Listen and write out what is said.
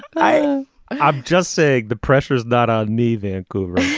i'm i'm just saying the pressure is not on me. vancouver.